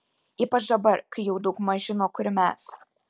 ypač dabar kai jau daugmaž žino kur mes